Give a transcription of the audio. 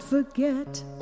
forget